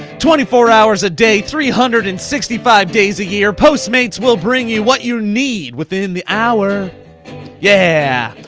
twenty four hours a day, three hundred and sixty five days a year, postmates will bring you what you need within the hour yeah,